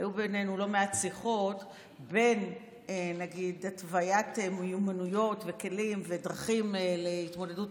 היו בינינו לא מעט שיחות על התוויית מיומנויות וכלים ודרכים להתמודדות